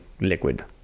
liquid